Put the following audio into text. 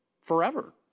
Forever